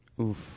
Oof